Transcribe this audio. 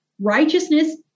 Righteousness